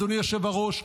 אדוני היושב-ראש,